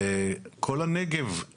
כל הנגב,